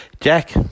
Jack